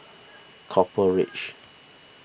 Copper Ridge